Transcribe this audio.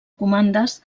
comandes